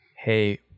hey